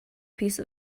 piece